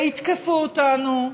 ויתקפו אותנו,